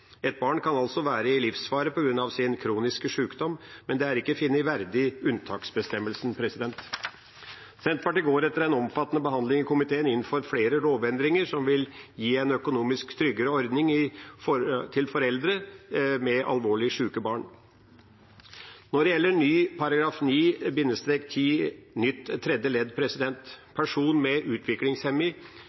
Et barn kan altså være i livsfare på grunn av sin kroniske sykdom, men det er ikke funnet verdig i unntaksbestemmelsen. Senterpartiet går etter en omfattende behandling i komiteen inn for flere lovendringer som vil gi en økonomisk tryggere ordning til foreldre med alvorlig syke barn. Når det gjelder § 9-10 nytt tredje ledd, om personer med